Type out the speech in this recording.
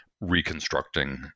reconstructing